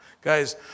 Guys